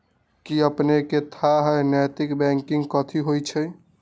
कि अपनेकेँ थाह हय नैतिक बैंकिंग कथि होइ छइ?